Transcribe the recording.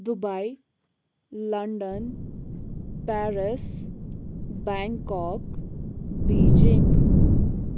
Dubai London Paris Bangkok Beijing